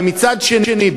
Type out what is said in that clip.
ומצד שני,